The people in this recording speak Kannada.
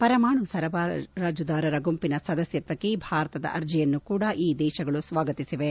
ಪರಮಾಣು ಸರಬರಾಜುದಾರರ ಗುಂಪಿನ ಸದ್ಯಸ್ವತ್ವಕ್ಕೆ ಭಾರತದ ಅರ್ಜಿಯನ್ನು ಕೂಡ ಈ ದೇಶಗಳು ಸ್ವಾಗತಿಸಿವೆ